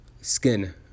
skin